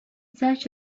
search